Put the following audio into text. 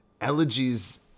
Elegies